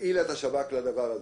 הפעילה את השב"כ לצורך הזה.